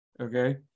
Okay